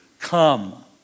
come